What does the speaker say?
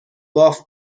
باف